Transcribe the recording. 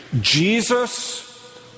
Jesus